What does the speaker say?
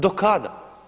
Do kada?